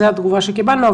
זו התגובה שקיבלנו.